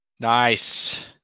Nice